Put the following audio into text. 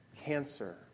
cancer